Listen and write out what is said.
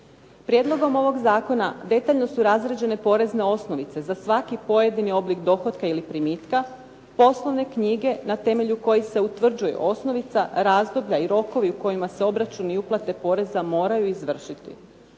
Prijedlogom ovog zakona detaljno su razrađene porezne osnovice za svaki pojedini oblik dohotka ili primitka, poslovne knjige na temelju kojih se utvrđuje osnovica, razdoblja i rokovi u kojima se obračuni i uplate poreza moraju izvršiti.